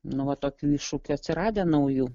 nu va tokių iššūkių atsiradę naujų